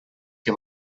que